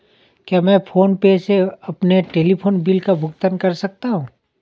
क्या मैं PhonePe से अपने टेलीफोन बिल का भुगतान कर सकता हूँ?